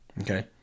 okay